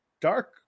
dark